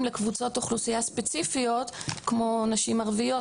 לקבוצות אוכלוסייה ספציפיות כמו נשים ערביות,